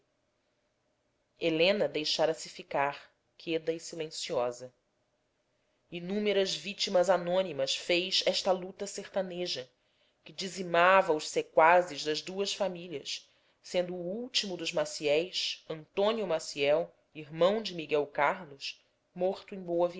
crime helena deixara-se ficar queda e silenciosa inúmeras vítimas anônimas fez esta luta sertaneja que dizimava os sequazes das duas famílias sendo o último dos maciéis antônio maciel irmão de miguel carlos morto